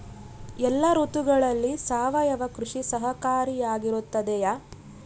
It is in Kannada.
ಎಲ್ಲ ಋತುಗಳಲ್ಲಿ ಸಾವಯವ ಕೃಷಿ ಸಹಕಾರಿಯಾಗಿರುತ್ತದೆಯೇ?